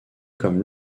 comme